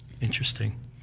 Interesting